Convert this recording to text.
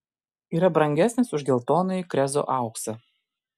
yra brangesnis už geltonąjį krezo auksą